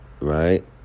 right